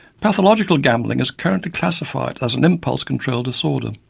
pathological gambling is currently classified as an impulse control disorder,